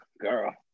Girl